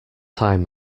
time